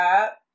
up